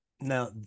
Now